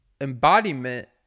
embodiment